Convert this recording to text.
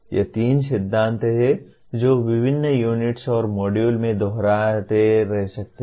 ये तीन सिद्धांत हैं जो विभिन्न यूनिट्स और मॉड्यूल में दोहराते रह सकते हैं